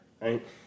right